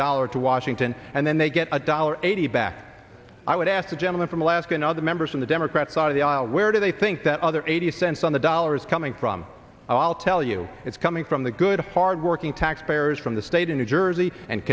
dollar to washington and then they get a dollar eighty back i would ask the gentleman from alaska and other members in the democrat side of the aisle where do they think that other eighty cents on the dollar is coming from i'll tell you it's coming from the good hard working taxpayers from the state in new jersey and